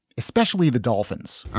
especially the dolphins.